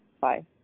Bye